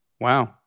wow